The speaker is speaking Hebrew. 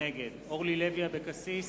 נגד אורלי לוי אבקסיס,